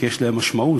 כי יש להם משמעות,